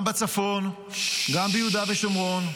גם בצפון, גם ביהודה ושומרון,